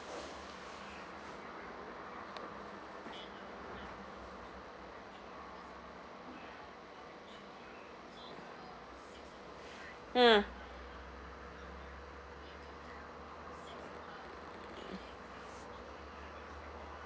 mm